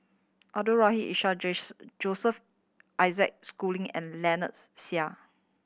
Abdul Rahim Ishak Joseph Isaac Schooling and Lynnette Seah